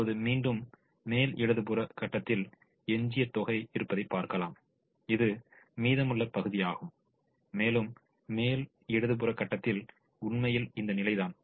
இப்போது மீண்டும் மேல் இடது புற கட்டத்தில் எஞ்சிய தொகை இருப்பதை பார்க்கலாம் இது மீதமுள்ள பகுதி ஆகும் மேலும் மேல் இடது புற கட்டத்தில் உண்மையில் இந்த நிலைதான்